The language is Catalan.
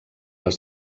les